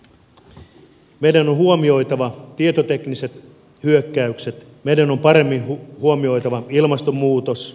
meidän on huomioitava tietotekniset hyökkäykset meidän on paremmin huomioitava ilmastonmuutos